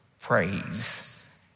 praise